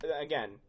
again